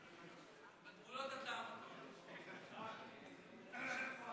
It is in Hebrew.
בגבולות הטעם הטוב.